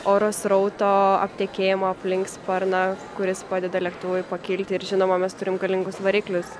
oro srauto aptekėjimo aplink sparną kuris padeda lėktuvui pakilti ir žinoma mes turim galingus variklius